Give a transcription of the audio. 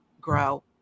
grow